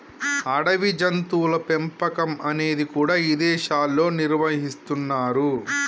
అడవి జంతువుల పెంపకం అనేది కూడా ఇదేశాల్లో నిర్వహిస్తున్నరు